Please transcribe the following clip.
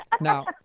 Now